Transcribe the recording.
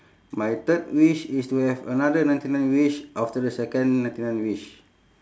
my third wish is to have another ninety nine wish after the second ninety nine wish